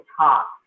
talk